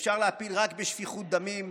אפשר להפיל רק בשפיכות דמים.